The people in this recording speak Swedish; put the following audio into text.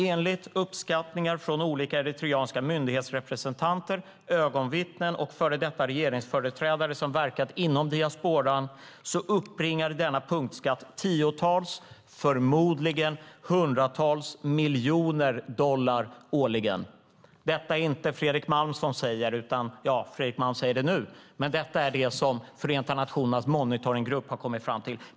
Enligt uppskattningar från olika eritreanska myndighetsrepresentanter, ögonvittnen och före detta regeringsföreträdare som verkat inom diasporan uppbringar denna punktskatt tiotals - förmodligen hundratals - miljoner dollar årligen. Detta är det inte Fredrik Malm som säger. Jo, Fredrik Malm säger det nu, men detta är vad Förenta nationernas monitoringgrupp har kommit fram till.